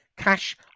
Cash